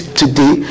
today